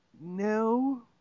no